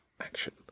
Action